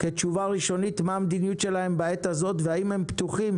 כתשובה ראשונית מה המדיניות שלהם בעת הזאת והאם הם פתוחים